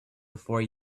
before